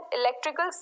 electrical